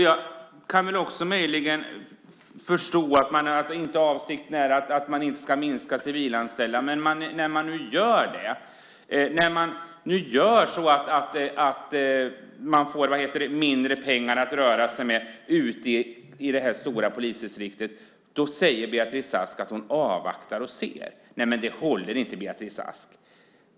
Jag kan möjligen förstå att avsikten inte är att minska antalet civilanställda, men när man nu gör så att de får mindre pengar att röra sig med ute i det stora polisdistriktet säger Beatrice Ask att hon avvaktar och ser. Det håller inte, Beatrice Ask.